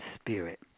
spirit